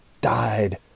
died